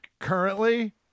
Currently